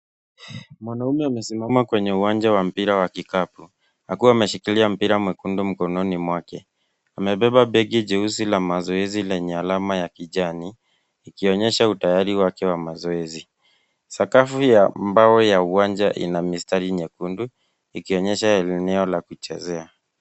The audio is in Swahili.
Mwanaume amesimama kwenye uwanja wa mpira wa kikapu akiwa ameshikilia mpira mwekundu mkononi mwake. Amebeba begi jeusi la mazoezi lenye alama ya kijani ikionyesha tayari wake wa mazoezi. Sakafu ya mbao ya uwanja ina mistari nyekundu ikionyesha eneo la kuchezea.